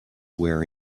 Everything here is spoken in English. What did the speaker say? wear